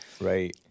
Right